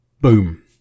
boom